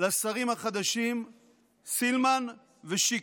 לשרים החדשים סילמן ושיקלי.